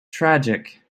tragic